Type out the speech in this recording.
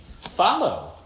follow